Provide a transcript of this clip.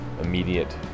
immediate